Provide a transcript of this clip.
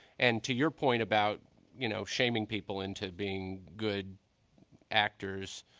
and to your point about you know shaming people into being good actors,